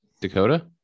Dakota